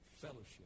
Fellowship